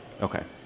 Okay